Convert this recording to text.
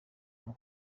nko